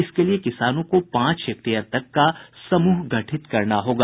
इसके लिए किसानों को पांच हेक्टेयर तक का समूह गठित करना होगा